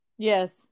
Yes